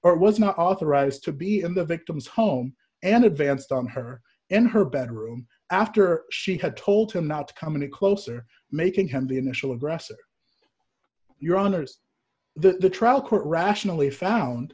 or was not authorized to be in the victim's home and advanced on her in her bedroom after she had told him not to come any closer making him the initial aggressor your honors the trial court rationally found